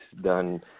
done